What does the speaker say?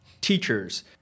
teachers